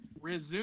Resume